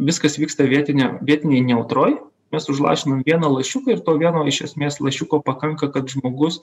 viskas vyksta vietine vietinėj nejautroj mes užlašinam vieną lašiuką ir to vieno iš esmės lašiuko pakanka kad žmogus